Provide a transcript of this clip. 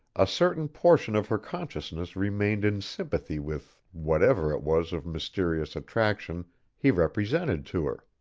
a certain portion of her consciousness remained in sympathy with whatever it was of mysterious attraction he represented to her.